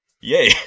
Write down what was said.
yay